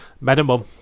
minimum